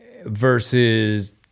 versus